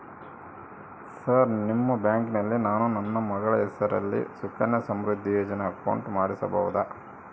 Sir ನಿಮ್ಮ ಬ್ಯಾಂಕಿನಲ್ಲಿ ನಾನು ನನ್ನ ಮಗಳ ಹೆಸರಲ್ಲಿ ಸುಕನ್ಯಾ ಸಮೃದ್ಧಿ ಯೋಜನೆ ಅಕೌಂಟ್ ಮಾಡಿಸಬಹುದಾ?